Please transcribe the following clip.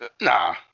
Nah